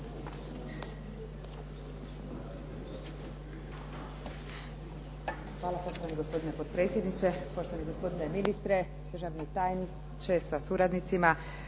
Hvala poštovani gospodine potpredsjedniče, poštovani državni tajniče sa suradnicima,